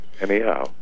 anyhow